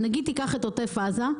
נניח, קח את עוטף עזה.